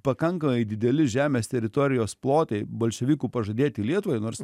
pakankamai dideli žemės teritorijos plotai bolševikų pažadėti lietuvai nors